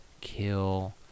kill